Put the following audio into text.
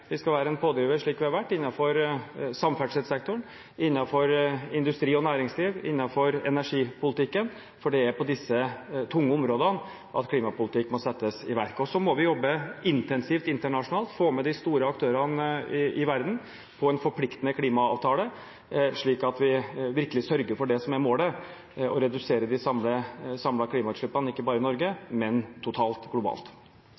Vi skal være en pådriver – slik vi har vært – innenfor samferdselssektoren, innenfor industri og næringsliv og innenfor energipolitikken, for det er på disse tunge områdene klimapolitikk må iverksettes. Så må vi jobbe intensivt internasjonalt, få med de store aktørene i verden på en forpliktende klimaavtale, slik at vi virkelig sørger for det som er målet: å redusere de samlede klimautslippene – ikke bare i Norge, men totalt, dvs. globalt.